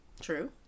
true